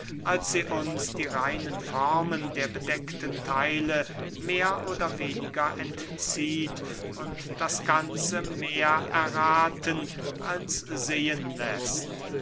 als sie uns die reinen formen der bedeckten theile mehr oder weniger entzieht und das ganze mehr errathen als sehen läßt